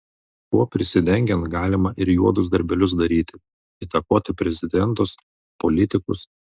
tuo prisidengiant galima ir juodus darbelius daryti įtakoti prezidentus politikus